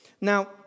Now